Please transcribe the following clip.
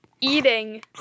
eating